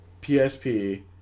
PSP